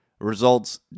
Results